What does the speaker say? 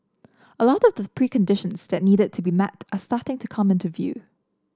a lot of the preconditions that needed to be met are starting to come into view